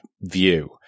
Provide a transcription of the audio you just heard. view